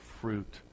fruit